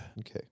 Okay